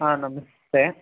ಹಾಂ ನಮಸ್ತೆ